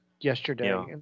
yesterday